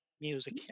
music